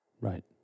Right